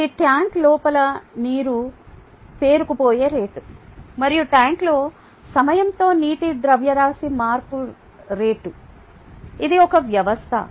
ఇది ట్యాంక్ లోపల నీరు పేరుకుపోయే రేటు మరియు ట్యాంక్లో సమయంతో నీటి ద్రవ్యరాశి మార్పు రేటు ఇది ఒక వ్యవస్థ